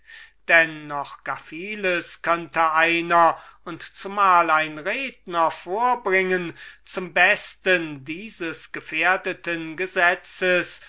denn noch gar vieles könnte einer und zumal ein redner vorbringen zum besten dieses gefährdeten gesetzes